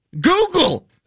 Google